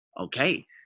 okay